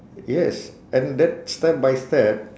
yes and that step by step